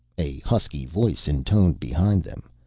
a husky voice intoned behind them.